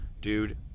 Dude